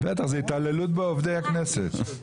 בטח, זו התעללות בעובדי הכנסת.